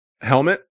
helmet